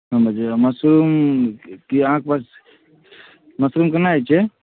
हम जे मशरूम कि अहाँके पास मशरूम केना होइ छै